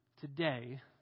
today